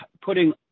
putting